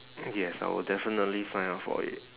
yes I will definitely sign up for it